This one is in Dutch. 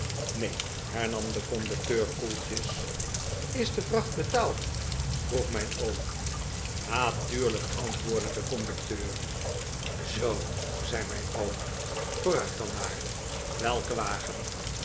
neen hernam de conducteur koeltjes is de vracht betaald vroeg mijn oom natuurlijk antwoordde de conducteur zoo zei mijn oom vooruit dan maar welke wagen